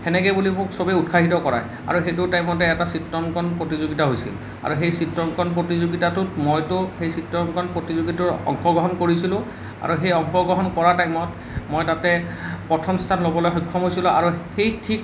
সেনেকে বুলি মোক চবে উৎসাহিত কৰাই আৰু সেইটো টাইমতে এটা চিত্ৰাঙ্কন প্ৰতিযোগিতা হৈছিল আৰু সেই চিত্ৰাঙ্কন প্ৰতিযোগিতাত মইতো সেই চিত্ৰাঙ্কন প্ৰতিযোগিতাত অংশগ্ৰহণ কৰিছিলোঁ আৰু সেই অংশগ্ৰহণ কৰা টাইমত মই তাতে প্ৰথম স্থান ল'বলৈ সক্ষম হৈছিলোঁ আৰু সেই ঠিক